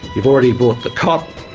you've already bought the cot,